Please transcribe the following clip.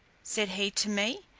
said he to me,